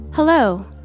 Hello